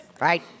right